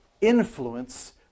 influence